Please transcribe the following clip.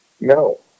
No